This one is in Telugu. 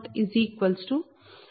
L00Ia00